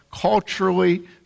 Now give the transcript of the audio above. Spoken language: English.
culturally